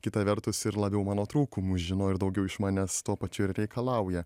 kita vertus ir labiau mano trūkumus žino ir daugiau iš manęs tuo pačiu ir reikalauja